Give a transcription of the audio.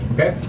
Okay